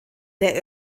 der